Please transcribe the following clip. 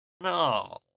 no